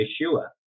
Yeshua